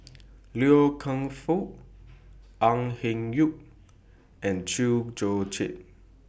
Loy Keng Foo Au Hing Yee and Chew Joo Chiat